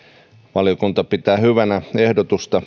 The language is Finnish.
valiokunta pitää hyvänä ehdotusta